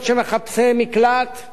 מחפשי עבודה, יגדירו אותם,